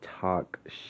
talk